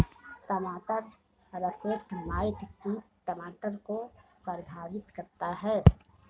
टमाटर russet mite कीट टमाटर को प्रभावित करता है